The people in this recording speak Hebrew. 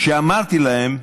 שאמרתי להם: